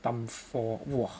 time four !wah!